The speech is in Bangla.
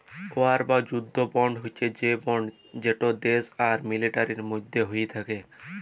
ওয়ার বা যুদ্ধ বল্ড হছে সে বল্ড যেট দ্যাশ আর মিলিটারির মধ্যে হ্যয়ে থ্যাকে